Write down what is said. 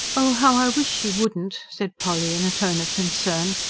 oh, how i wish she wouldn't! said polly in a tone of concern.